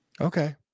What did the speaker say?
Okay